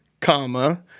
comma